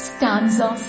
Stanza